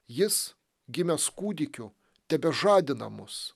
jis gimęs kūdikiu tebežadina mus